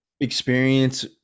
experience